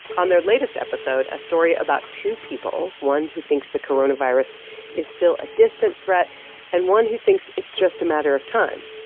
on their latest episode, a story about two people one who thinks the coronavirus is still a distant threat and one who thinks it's just a matter of time,